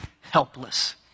helpless